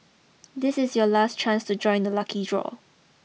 this is your last chance to join the lucky draw